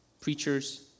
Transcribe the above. preachers